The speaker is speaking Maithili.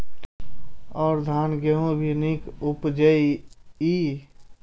और धान गेहूँ भी निक उपजे ईय?